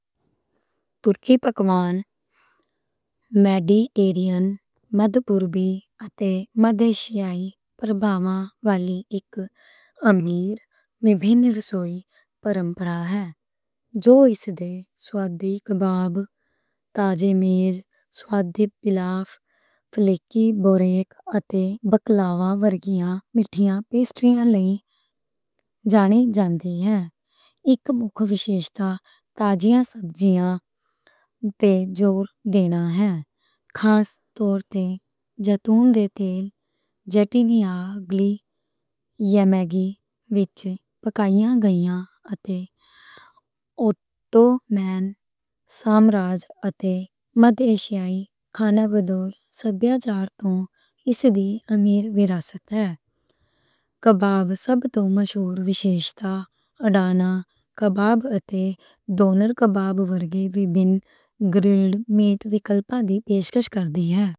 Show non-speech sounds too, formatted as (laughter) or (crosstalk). ترکی پکوان، میڈی (hesitation) جریئن، مدپُربی اتے مدیشیائی پرواں والی ایک امیر مِبھن رسوئی پرمپرا ہے۔ جو اس دے سوادھی کباب، تازے میز، سوادھی پلاف، فلیکی بورک اتے بکلاوا ورگیاں مٹھیاں پیسٹریاں لئی جانے جاندی ہن۔ (unintelligible) اوٹومن، (hesitation) سامراج اتے مدیشیائی کھانا وچوں، سبیاچار توں اس دی امیر وراثت ہے۔ کباب سب توں مشہور وشیشتا، ادانا کباب اتے ڈونر کباب ورگے وبھن گرِلڈ میٹ وِکَلپاں دی پیشکش کر دی ہے۔